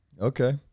Okay